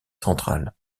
centrale